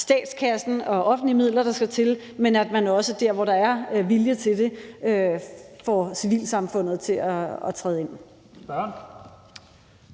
statskassen og offentlige midler, der skal til, men at man også der, hvor der er vilje til det, får civilsamfundet til at træde til.